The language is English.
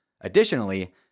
Additionally